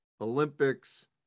olympics